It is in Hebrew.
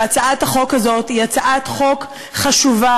שהצעת החוק הזאת היא הצעת חוק חשובה,